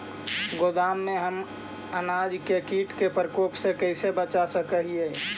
गोदाम में हम अनाज के किट के प्रकोप से कैसे बचा सक हिय?